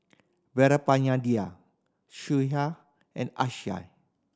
Sudhir and Akshay